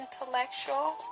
intellectual